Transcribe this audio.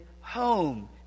home